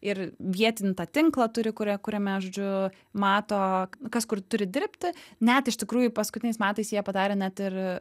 ir vietinį tinklą turi kuri kuriame žodžiu mato kas kur turi dirbti net iš tikrųjų paskutiniais metais jie padarė net ir